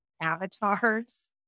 avatars